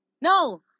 No